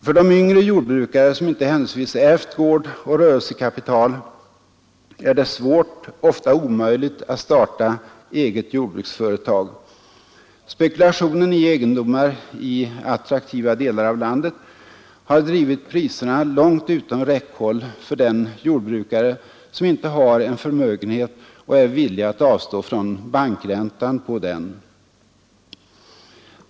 För de yngre jordbrukare som inte händelsevis ärvt gård och rörelsekapital är det svårt, ofta omöjligt att starta eget jordbruksföretag. Spekulationen i egendomar i attraktiva delar av landet har drivit priserna långt utom räckhåll för den jordbrukare som inte har en förmögenhet och är villig att avstå från bankräntan på den.